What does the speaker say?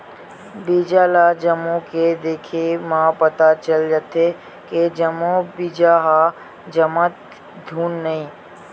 बीजा ल जमो के देखे म पता चल जाथे के जम्मो बीजा ह जामत हे धुन नइ